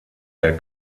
der